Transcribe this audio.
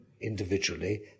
individually